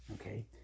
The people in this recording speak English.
Okay